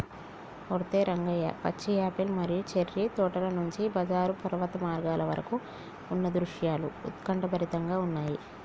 ఓరై రంగయ్య పచ్చి యాపిల్ మరియు చేర్రి తోటల నుండి బంజరు పర్వత మార్గాల వరకు ఉన్న దృశ్యాలు ఉత్కంఠభరితంగా ఉన్నయి